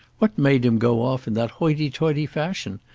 what made him go off in that hoity-toity fashion?